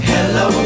Hello